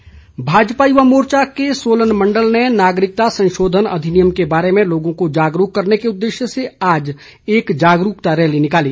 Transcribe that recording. सहजल भाजपा युवा मोर्चा के सोलन मंडल ने नागरिकता संशोधन अधिनियम के बारे में लोगों को जागरूक करने के उददेश्य से आज सोलन में एक जागरूकता रैली निकाली